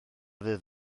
ddydd